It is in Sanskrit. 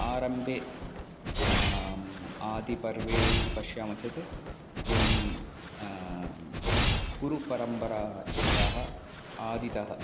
आरम्भे आदिपर्वे इति पश्यामः चेत् एवं कुरुपरम्परायाः आदितः